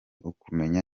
ukumenya